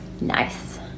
Nice